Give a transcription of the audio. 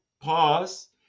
pause